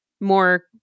more